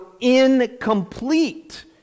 incomplete